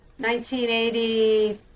1980